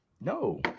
No